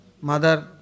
Mother